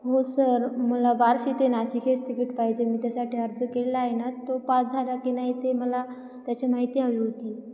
हो सर मला बार्शी ते नाशिक हेच तिकीट पाहिजे मी त्यासाठी अर्ज केला आहे ना तो पास झाला की नाही ते मला त्याची माहिती हवी होती